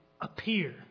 appear